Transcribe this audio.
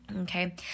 Okay